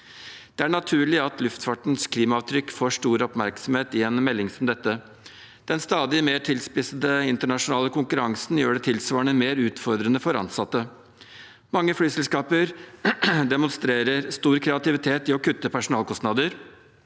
Det er naturlig at luftfartens klimaavtrykk får stor oppmerksomhet i en melding som dette. Den stadig mer tilspissede internasjonale konkurransen gjør det tilsvarende mer utfordrende for ansatte. Mange flyselskaper demonstrerer stor kreativitet i å kutte personalkostnader.